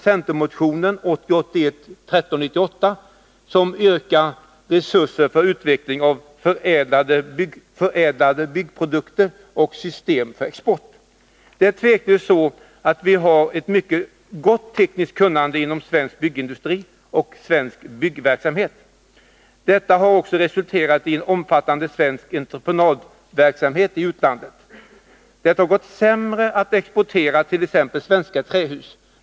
Vi har tveklöst ett mycket gott tekniskt kunnande inom svensk byggindustri och svensk byggverksamhet. Detta har också resulterat i omfattande svensk entreprenadverksamhet i utlandet. Det har gått sämre att exportera t.ex. svenska trähus.